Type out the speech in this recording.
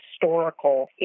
historical